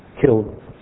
killed